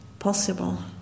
possible